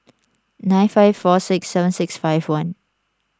nine five four six seven six five one